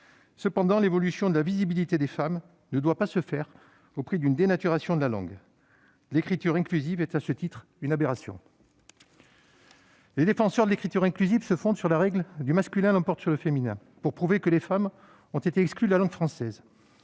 Cependant, l'évolution de la visibilité des femmes ne doit pas se faire au prix d'une dénaturation de la langue. L'écriture inclusive est à ce titre une aberration. Les défenseurs de l'écriture inclusive se fondent sur la règle du « masculin l'emporte sur le féminin » pour prouver que les femmes ont été exclues de la langue française.